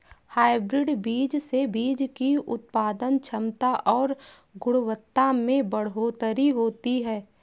hybrid बीज से बीज की उत्पादन क्षमता और गुणवत्ता में बढ़ोतरी होती है